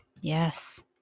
Yes